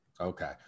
okay